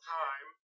time